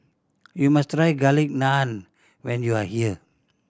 you must try Garlic Naan when you are here